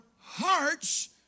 hearts